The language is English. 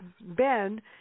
Ben